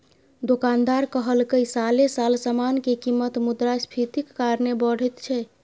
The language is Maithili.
दोकानदार कहलकै साले साल समान के कीमत मुद्रास्फीतिक कारणे बढ़ैत छै